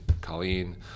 Colleen